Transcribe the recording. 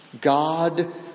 God